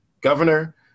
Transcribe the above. governor